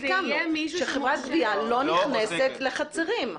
שחברת גבייה לא נכנסת לחצרים.